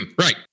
Right